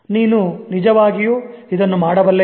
ನೀನು ನಿಜವಾಗಿಯೂ ಇದನ್ನು ಮಾಡಬಲ್ಲೆಯ